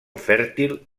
fèrtil